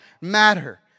matter